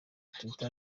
twitter